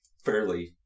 fairly